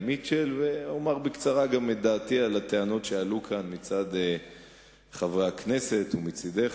מיטשל ואומר בקצרה את דעתי על הטענות שעלו כאן מצד חברי הכנסת ומצדך,